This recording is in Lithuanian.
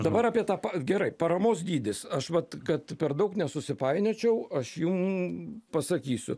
dabar apie tą pa gerai paramos dydis aš vat kad per daug nesusipainiočiau aš jum pasakysiu